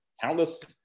countless